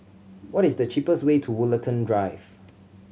what is the cheapest way to Woollerton Drive